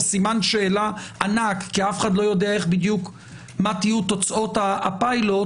סימן שאלה ענק כי אף אחד לא יודע מה יהיו תוצאות הפילוט,